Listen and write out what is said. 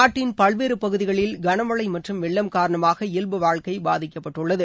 நாட்டின் பல்வேறு பகுதிகளில் கனமழை மற்றும் வெள்ளம் காரணமாக் இயல்பு வாழ்க்கை பாதிக்கப்பட்டுள்ளது